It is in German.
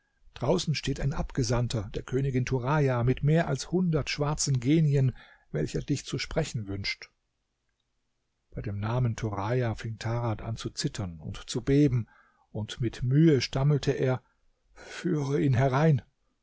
draußen steht ein abgesandter der königin turaja mit mehr als hundert schwarzen genien welcher dich zu sprechen wünscht bei dem namen turaja fing tarad an zu zittern und zu beben und mit mühe stammelte er führe ihn herein